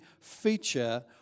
feature